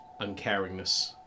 uncaringness